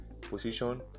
position